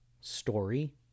story